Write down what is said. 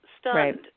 stunned